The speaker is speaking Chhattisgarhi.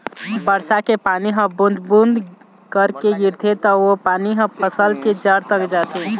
बरसा के पानी ह बूंद बूंद करके गिरथे त ओ पानी ह फसल के जर तक जाथे